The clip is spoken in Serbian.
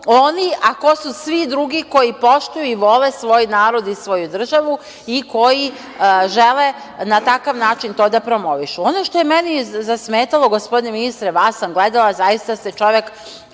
oni, a ko su svi drugi koji poštuju i vole svoj narod i svoju državu i koji žele na takav način to da promovišu. Ono što je meni zasmetalo, gospodine ministre, vas sam gledala, zaista ste čovek